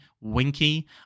Winky